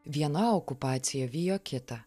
viena okupacija vijo kitą